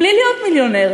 בלי להיות מיליונר,